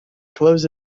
closed